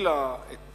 שהצילה את